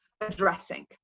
addressing